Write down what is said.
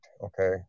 Okay